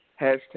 Hashtag